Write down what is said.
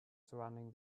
surrounding